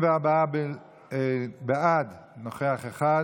מי נמנע?